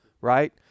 right